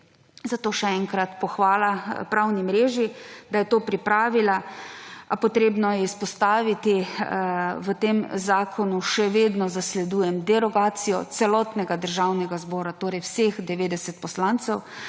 Zato še enkrat pohvala Pravni mreži za varstvo demokracije, da je to pripravila. Treba je izpostaviti, v tem zakonu še vedno zasledujem derogacijo celotnega državnega zbora, torej vseh 90 poslancev,